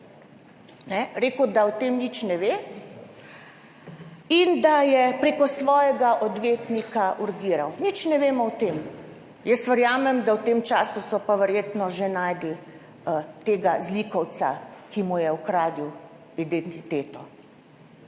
rekel, da o tem nič ne ve in da je preko svojega odvetnika urgiral. Nič ne vemo o tem. Jaz verjamem, da v tem času so pa verjetno že našli tega zlikovca, ki mu je ukradel identiteto,